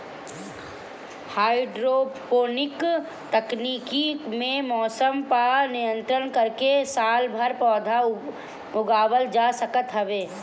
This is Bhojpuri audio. हाइड्रोपोनिक तकनीकी में मौसम पअ नियंत्रण करके सालभर पौधा उगावल जा सकत हवे